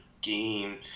game